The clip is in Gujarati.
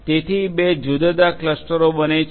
તેથી બે જુદા જુદા ક્લસ્ટરો બને છે